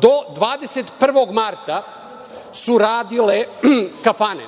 Do 21. marta su radile kafane,